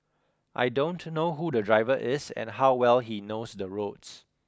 I don't know who the driver is and how well he knows the roads